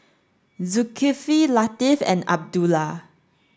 Zulkifli Latif and Abdullah